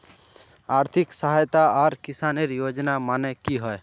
आर्थिक सहायता आर किसानेर योजना माने की होय?